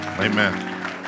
Amen